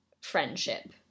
friendship